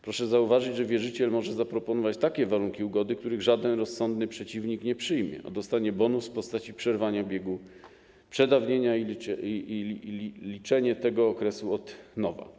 Proszę zauważyć, że wierzyciel może zaproponować takie warunki ugody, których żaden rozsądny przeciwnik nie przyjmie, a dostanie bonus w postaci przerwania biegu przedawnienia i liczenia tego okresu od nowa.